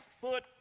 foot